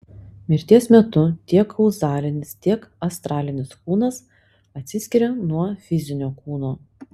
mirties metu tiek kauzalinis tiek astralinis kūnas atsiskiria nuo fizinio kūno